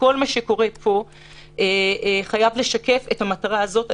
כל מה שקורה פה חייב לשקף את המטרה הזאת.